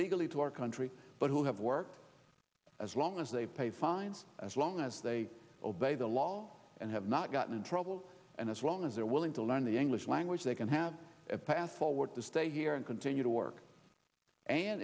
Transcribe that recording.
illegally to our country but who have work as long as they pay fines as long as they obey the law and have not gotten in trouble and as long as they're willing to learn the english language they can have a path forward to stay here and continue to work and